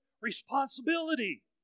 responsibility